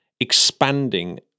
expanding